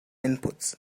inputs